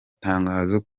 tangazo